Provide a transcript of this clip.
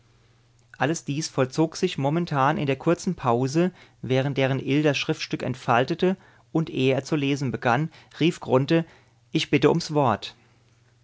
alles dies vollzog sich momentan in der kurzen pause während deren ill das schriftstück entfaltete und ehe er zu lesen begann rief grunthe ich bitte ums wort